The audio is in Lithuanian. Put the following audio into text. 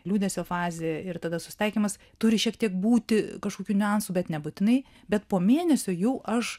liūdesio fazė ir tada susitaikymas turi šiek tiek būti kažkokių niuansų bet nebūtinai bet po mėnesio jau aš